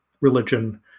religion